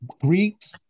Greeks